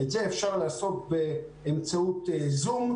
את זה אפשר לעשות באמצעות זום,